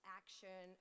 action